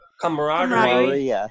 camaraderie